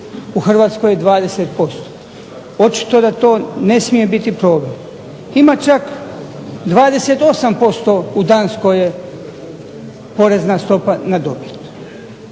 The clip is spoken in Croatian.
u Hrvatskoj je 20%. Očito da to ne smije biti problem. Ima čak 28% u Danskoj porezna stopa na dobit.